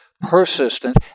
persistent